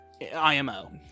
IMO